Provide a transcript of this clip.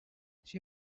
she